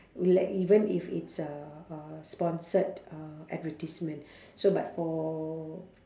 like even if it's uh uh sponsored uh advertisement so but for